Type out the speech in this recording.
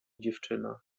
dziewczyna